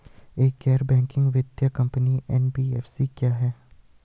एक गैर बैंकिंग वित्तीय कंपनी एन.बी.एफ.सी क्या है?